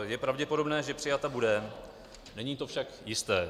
Je pravděpodobné, že přijata bude, není to však jisté.